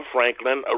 Franklin